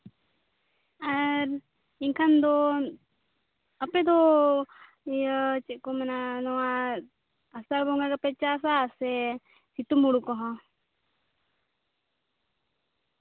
ᱟᱨ ᱮᱱᱠᱷᱟᱱ ᱫᱚ ᱟᱯᱮ ᱫᱚ ᱤᱭᱟᱹ ᱪᱮᱫ ᱠᱚ ᱢᱮᱱᱟ ᱱᱚᱣᱟ ᱟᱥᱟᱲ ᱵᱚᱸᱜᱟ ᱜᱮᱯᱮ ᱪᱟᱥᱟ ᱥᱮ ᱥᱤᱛᱩᱝ ᱦᱩᱲᱩ ᱠᱚᱦᱚᱸ